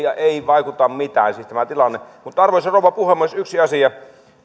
ei vaikuta mitään esimerkiksi tämä tilanne arvoisa rouva puhemies yksi asia